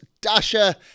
Dasha